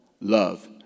love